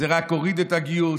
זה רק הוריד את הגיוס,